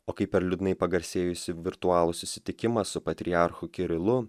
o kai per liūdnai pagarsėjusį virtualų susitikimą su patriarchu kirilu